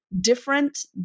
different